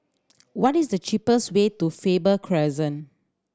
what is the cheapest way to Faber Crescent